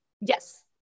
Yes